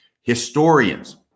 historians